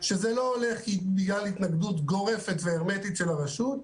ששם זה לא הולך בגלל התנגדות גורפת והרמטית של הרשות המקומית.